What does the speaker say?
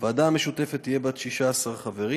הוועדה המשותפת תהיה בת 16 חברים,